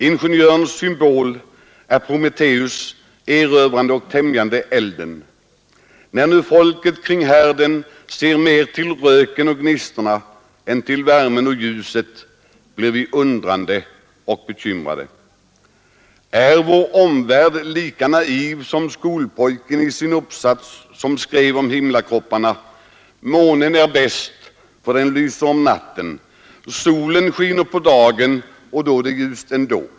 Ingenjörens symbol är Prometeus, erövrande och tämjande elden. När nu folket kring härden ser mer till röken och gnistorna än till värmen och ljuset, blir vi undrande och bekymrade. Är vår omvärld lika naiv som skolpojken i sin uppsats om himlakropparna: ”Månen är bäst”, skrev han, ”den lyser om natten. Solen skiner på dagen då det är ljust ändå”.